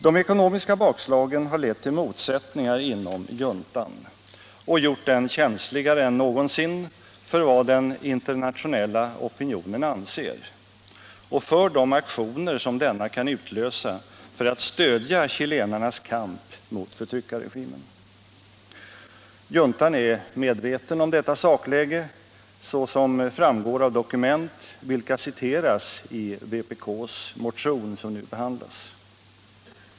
De ekonomiska bakslagen har lett till motsättningar inom juntan och gjort den känsligare än någonsin för vad den internationella opinionen anser och för de aktioner som denna kan utlösa för att stödja chilenarnas kamp mot förtryckarregimen. Juntan är medveten om detta sakläge, såsom framgår av dokument vilka citeras i den vpk-motion som nu behandlas.